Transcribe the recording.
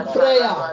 prayer